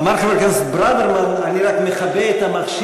אמר חבר הכנסת ברוורמן: אני רק מכבה את המכשיר,